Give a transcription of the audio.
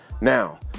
Now